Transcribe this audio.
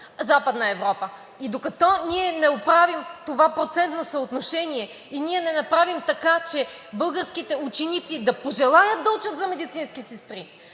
Западна Европа. И докато ние не оправим това процентно съотношение и не направим, така че българските ученици да пожелаят да учат за медицински сестри,